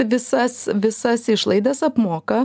visas visas išlaidas apmoka